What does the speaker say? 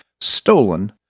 stolen